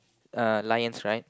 uh lions right